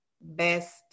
best